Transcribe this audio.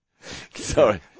Sorry